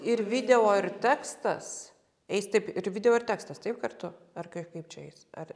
ir video ir tekstas eis taip ir video ir tekstas taip kartu ar kai kaip čia jis ar